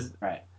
right